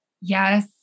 Yes